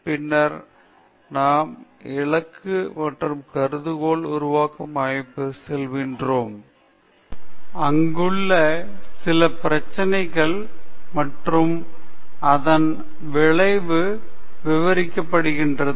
பின்னர் நாம் இலக்கு மற்றும் கருதுகோள் உருவாக்கம் அமைப்பிற்கு செல்கிறோம் அங்குள்ள சில பிரச்சனைகள் மற்றும் அதன் விளைவு விவரிக்கப்படுகிறது